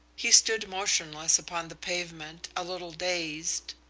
he stood motionless upon the pavement, a little dazed.